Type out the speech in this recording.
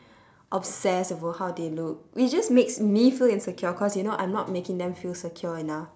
obsessed over how they look it just makes me feel insecure because you know I'm not making them feel secure enough